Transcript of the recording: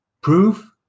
Proof